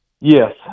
Yes